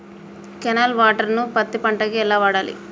Canal water ను పత్తి పంట కి ఎలా వాడాలి?